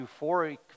euphoric